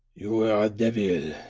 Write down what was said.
you were a devil!